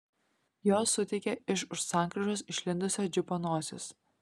jos suteikė iš už sankryžos išlindusio džipo nosis